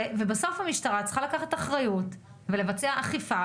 ובסוף המשטרה צריכה לקחת אחריות ולבצע אכיפה,